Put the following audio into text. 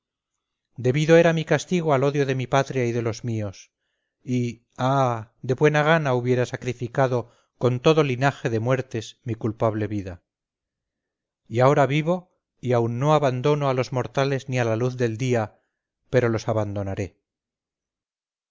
debido era mi castigo al odio de mi patria y de los míos y ah de buena gana hubiera sacrificado con todo linaje de muertes mi culpable vida y ahora vivo y aun no abandono a los mortales ni la luz del día pero los abandonaré